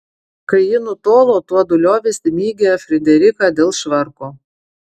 kai ji nutolo tuodu liovėsi mygę frideriką dėl švarko